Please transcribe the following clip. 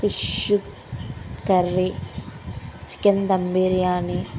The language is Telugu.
fish curry chicken dum biryani